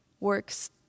works